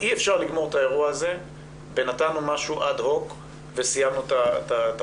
אי אפשר לגמור את האירוע הזה כשנתנו משהו אד הוק וסיימנו את הפרשה.